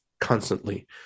Constantly